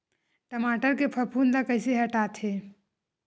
टमाटर के फफूंद ल कइसे हटाथे?